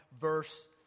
verse